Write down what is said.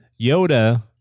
Yoda